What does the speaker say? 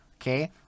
okay